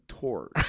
tour